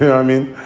yeah i mean,